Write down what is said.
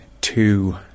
two